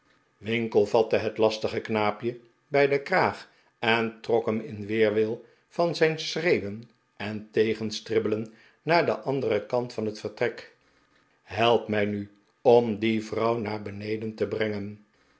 winkle vatte het lastige knaapje bij den kraag en trok hem in weerwil van zijn schreeuwen en tegenstribbelen naar den anderen kant van het vertrek help mij nu om die vrouw naar beneden te brengen